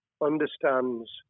understands